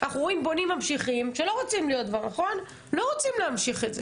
אנחנו רואים בנים ממשיכים שלא רוצים להמשיך את זה.